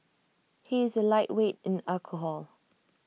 he is A lightweight in alcohol